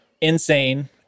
insane